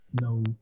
No